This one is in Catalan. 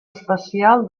especial